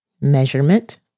measurement